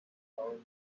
call